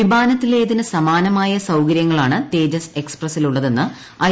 വിമാനത്തിലേതിന് സമാനമായ സൌകര്യങ്ങളാണ് തേജസ് എക്സ്പ്രസ്സിലുള്ളതെന്ന് ഐ